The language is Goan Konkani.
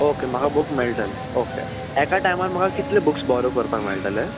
ओके म्हाका बुक मेळटले ओके एका टायमार म्हाका कितलें बुक्स बोरो करपाक मेळटले